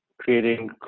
creating